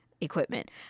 equipment